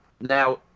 Now